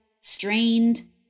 strained